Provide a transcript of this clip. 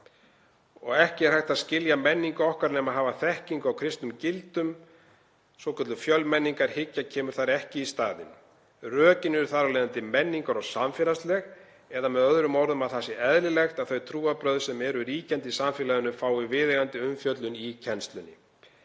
ár. Ekki er hægt að skilja menningu okkar nema hafa þekkingu á kristnum gildum, svokölluð fjölmenningarhyggja kemur þar ekki í staðinn. Rökin eru þar af leiðandi menningar- og samfélagsleg, eða með öðrum orðum að það sé eðlilegt að þau trúarbrögð sem eru ríkjandi í samfélaginu fái viðeigandi umfjöllun í kennslunni.